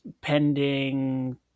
pending